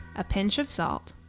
a pinch of salt,